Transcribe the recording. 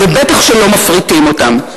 ובטח שלא מפריטים אותם.